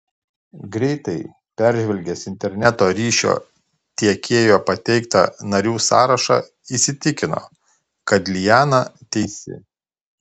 greitai peržvelgęs interneto ryšio tiekėjo pateiktą narių sąrašą įsitikino kad liana teisi